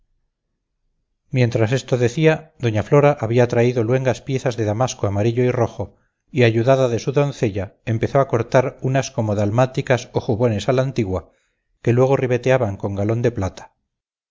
mientras esto decía doña flora había traído luengas piezas de damasco amarillo y rojo y ayudada de su doncella empezó a cortar unas como dalmáticas o jubones a la antigua que luego ribeteaban con galón de plata